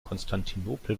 konstantinopel